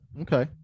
Okay